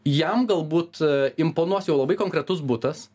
jam galbūt imponuos jau labai konkretus butas